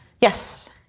Yes